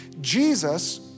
Jesus